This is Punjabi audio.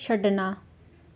ਛੱਡਣਾ